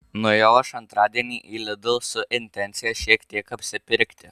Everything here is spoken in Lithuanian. nuėjau aš antradienį į lidl su intencija šiek tiek apsipirkti